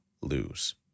lose